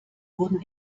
wurden